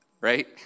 right